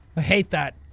hate that.